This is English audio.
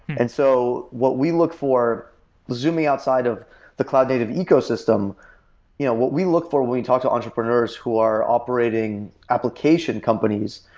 and so what we look for zooming outside of the cloud native ecosystem you know what we look for when we talk to entrepreneurs who are operating application companies,